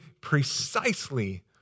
precisely